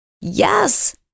Yes